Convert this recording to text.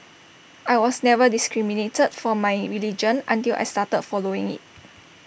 I was never discriminated for my religion until I started following IT